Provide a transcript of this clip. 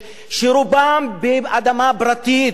שרובם באדמה פרטית,